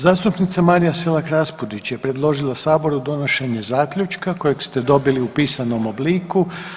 Zastupnica Marija Selak Raspudić je predložila saboru donošenje zaključka kojeg ste dobili u pisanom obliku.